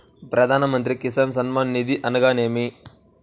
ప్రధాన మంత్రి కిసాన్ సన్మాన్ నిధి అనగా ఏమి?